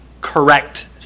correct